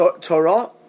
Torah